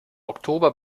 oktober